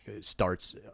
starts